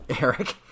Eric